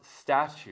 statue